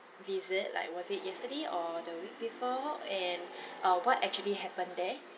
visit like was it yesterday or the week before and uh what actually happen there